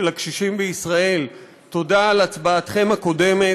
הקשישים בישראל תודה על הצבעתכם הקודמת,